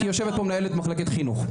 כי יושבת פה מנהלת מחלקת חינוך,